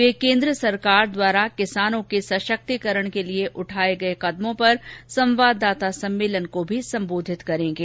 वे केन्द्र सरकार द्वारा किसानों के सशक्तिकरण के लिए उठाये गये कदमों पर एक संवाददाता सम्मेलन को भी संबोधित करेंगे